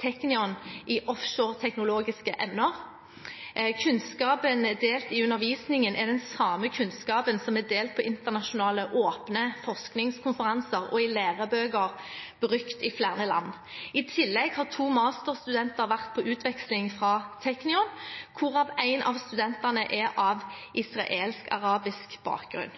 Technion i offshoreteknologiske emner. Kunnskapen delt i undervisningen er den samme kunnskapen som er delt på internasjonale åpne forskningskonferanser og i lærebøker brukt i flere land. I tillegg har to masterstudenter vært på utveksling fra Technion, hvorav en av studentene har israelsk arabisk bakgrunn.